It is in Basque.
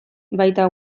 baita